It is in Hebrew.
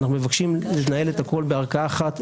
אנחנו מבקשים לנהל את הכול בערכאה אחת.